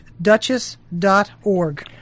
duchess.org